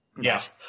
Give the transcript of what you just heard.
Yes